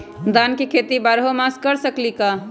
धान के खेती बारहों मास कर सकीले का?